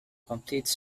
complete